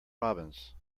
robins